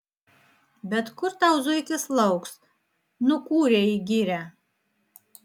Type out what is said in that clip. bet kur tau zuikis lauks nukūrė į girią